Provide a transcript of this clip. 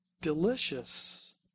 delicious